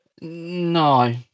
No